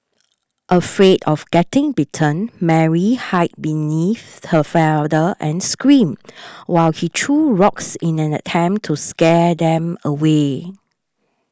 afraid of getting bitten Mary hide beneath her father and screamed while he threw rocks in an attempt to scare them away